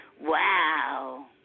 Wow